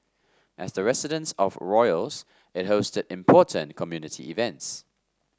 as the residence of royals it hosted important community events